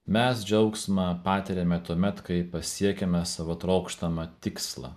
mes džiaugsmą patiriame tuomet kai pasiekiame savo trokštamą tikslą